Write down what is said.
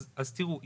אז תראו,